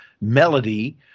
melody